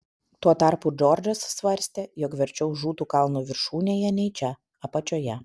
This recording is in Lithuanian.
tuo tarpu džordžas svarstė jog verčiau žūtų kalno viršūnėje nei čia apačioje